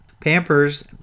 Pampers